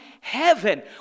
heaven